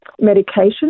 medication